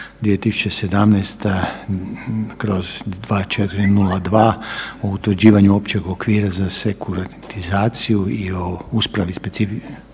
2017/2402 o utvrđivanju općeg okvira za sekuritizaciju i o uspostavi specifičnog